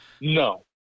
No